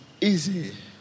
easy